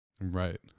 Right